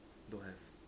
don't have